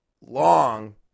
long